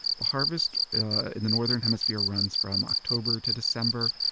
the harvest in the northern hemisphere runs from october to december.